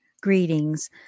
greetings